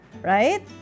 Right